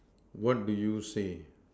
what do you say